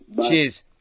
Cheers